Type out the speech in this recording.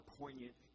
poignant